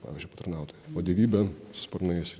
pavyzdžiui patarnautoja o vadovybė su sparnais